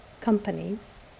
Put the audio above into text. companies